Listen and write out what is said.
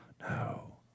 no